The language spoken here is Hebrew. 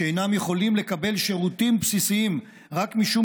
שאינם יכולים לקבל שירותים בסיסיים רק משום